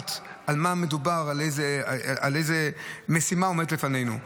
מבט על מה מדובר, על איזו משימה עומדת לפנינו.